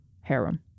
harem